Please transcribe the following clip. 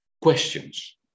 questions